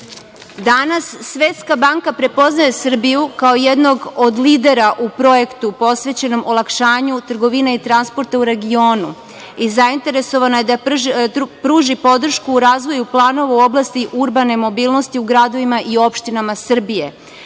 šire. Danas Svetska banka prepoznaje Srbiju kao jednog od lidera u projektu posvećenom olakšanju trgovine i transporta u regionu, i zainteresovana je da pruži podršku u razvoju planova u oblasti urbane mobilnosti u gradovima i opštinama Srbije.